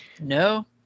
No